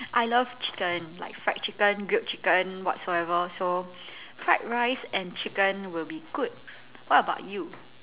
I love chicken like fried chicken grilled chicken whatsoever so fried rice and chicken will be good what about you